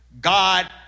God